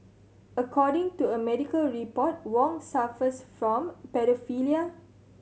according to a medical report Wong suffers from paedophilia